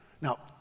Now